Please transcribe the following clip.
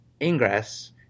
Ingress